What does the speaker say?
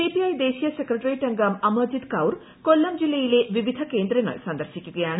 CPI ദേശീയ secretariat അംഗം അമർജിത് കൌർ കൊല്ലം ജില്ലയിലെ വിവിധ കേന്ദ്രങ്ങൾ സന്ദർശിക്കുകയാണ്